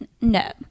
No